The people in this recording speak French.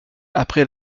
après